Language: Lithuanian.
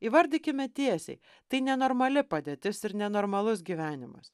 įvardykime tiesiai tai nenormali padėtis ir nenormalus gyvenimas